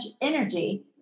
energy